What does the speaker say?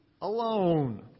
alone